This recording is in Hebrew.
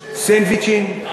סנדוויצ'ים.